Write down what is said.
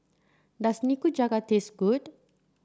does Nikujaga taste good